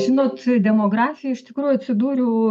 žinot demografijoj iš tikrųjų atsidūriau